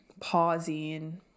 Pausing